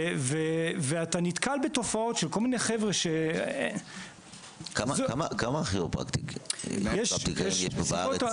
ואתה נתקל בתופעות של כל מיני חבר'ה --- כמה כירופרקטורים יש בארץ?